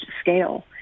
scale